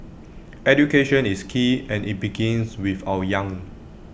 education is key and IT begins with our young